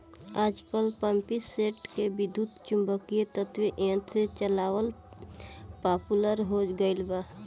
आजकल पम्पींगसेट के विद्युत्चुम्बकत्व यंत्र से चलावल पॉपुलर हो गईल बा